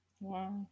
Wow